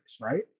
right